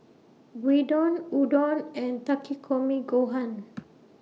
Gyudon Udon and Takikomi Gohan